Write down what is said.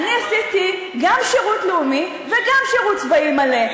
אני עשיתי גם שירות לאומי וגם שירות צבאי מלא.